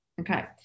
okay